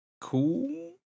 cool